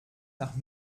nach